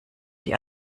die